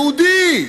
יהודי,